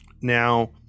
Now